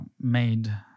made